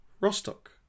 Rostock